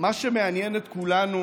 מה שמעניין את כולנו